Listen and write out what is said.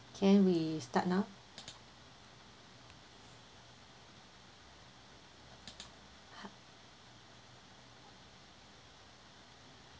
okay we start now